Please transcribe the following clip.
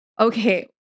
okay